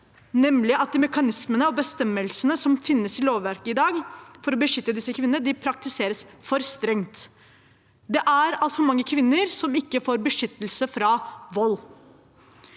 nemlig at de mekanismene og bestemmelsene som i dag finnes i lovverket for å beskytte disse kvinnene, praktiseres for strengt. Det er altfor mange kvinner som ikke får beskyttelse mot vold.